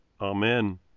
Amen